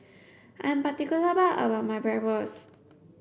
I'm particular about my Bratwurst